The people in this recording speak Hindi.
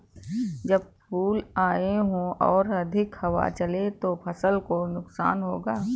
जब फूल आए हों और अधिक हवा चले तो फसल को नुकसान होगा?